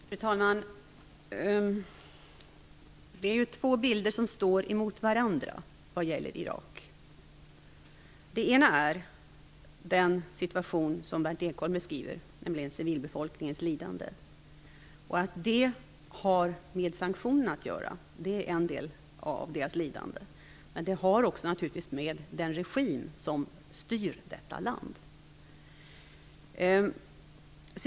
Fru talman! Det är två bilder som står emot varandra vad gäller Irak. Den ena är den situation som Berndt Ekholm beskriver, nämligen civilbefolkningens lidande. Sanktionerna är en del av deras lidande, men det har naturligtvis också att göra med den regim som styr landet.